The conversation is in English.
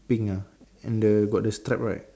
pink ah and the got the straps right